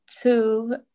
Two